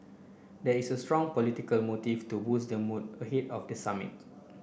there is a strong political motive to boost the mood ahead of the summit